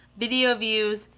video views,